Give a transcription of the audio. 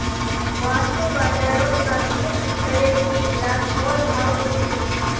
वास्तु बाजारोत प्राथमिक स्तरेर चीज़ लात मोल भाव होछे